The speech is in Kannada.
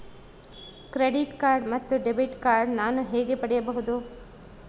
ಕ್ರೆಡಿಟ್ ಕಾರ್ಡ್ ಮತ್ತು ಡೆಬಿಟ್ ಕಾರ್ಡ್ ನಾನು ಹೇಗೆ ಪಡೆಯಬಹುದು?